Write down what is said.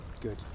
Good